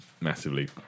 massively